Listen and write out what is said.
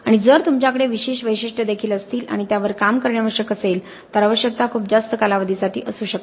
आणि जर तुमच्याकडे विशेष वैशिष्ट्ये देखील असतील आणि त्यावर काम करणे आवश्यक असेल तर आवश्यकता खूप जास्त कालावधीसाठी असू शकते